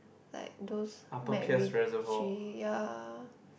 like those MacRitchie ya